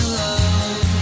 love